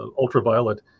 ultraviolet